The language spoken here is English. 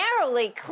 narrowly